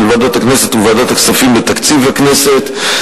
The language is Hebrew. ועדת הכנסת וועדת הכספים לתקציב הכנסת,